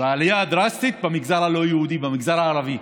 ועלייה דרסטית במגזר הלא-יהודי, במגזר הערבי: